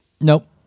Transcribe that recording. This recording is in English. Nope